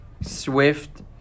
Swift